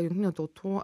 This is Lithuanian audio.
jungtinių tautų